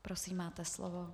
Prosím, máte slovo.